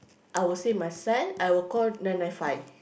I will save my son I will call nine nine five